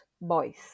boys